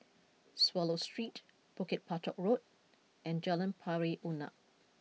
Swallow Street Bukit Batok Road and Jalan Pari Unak